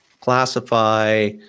classify